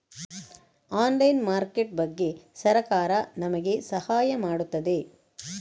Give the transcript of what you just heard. Online market ಬಗ್ಗೆ ಸರಕಾರ ನಮಗೆ ಸಹಾಯ ಮಾಡುತ್ತದೆ?